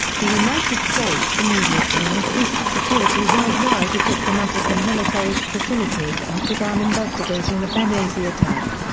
the united states immediately increased security worldwide at diplomatic and military facilities and began investigating the benghazi attack.